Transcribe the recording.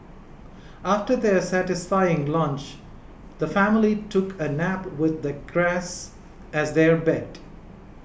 after their satisfying lunch the family took a nap with the grass as their bed